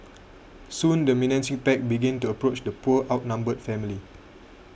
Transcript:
soon the menacing pack began to approach the poor outnumbered family